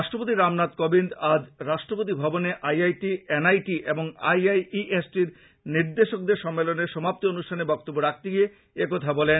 রাষ্ট্রপতি রামনাথ কোবিন্দ আজ রাষ্ট্রপতি ভবনে I I T N I T এবং I I E S T র নির্দেশকদের সম্মেলনের সমাপ্তি অনুষ্ঠানে বক্তব্য রাখতে গিয়ে একথা বলেন